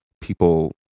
people